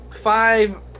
five